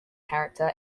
character